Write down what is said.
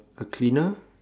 a cleaner